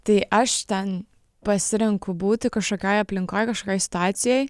tai aš ten pasirenku būti kažkokioj aplinkoj kažkokioj situacijoj